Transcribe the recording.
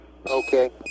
Okay